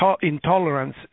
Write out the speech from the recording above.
intolerance